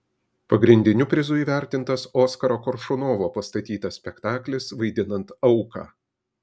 pagrindiniu prizu įvertintas oskaro koršunovo pastatytas spektaklis vaidinant auką